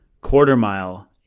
quarter-mile